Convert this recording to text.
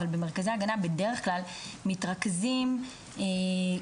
אבל במרכזי ההגנה בדרך כלל מתרכזים מקרים